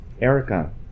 Erica